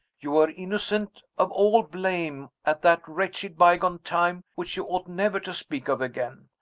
you were innocent of all blame at that wretched by-gone time which you ought never to speak of again.